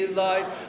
light